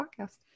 Podcast